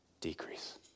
decrease